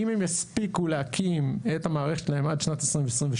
אם הם יספיקו להקים את המערכת שלהם עד שנת 2028,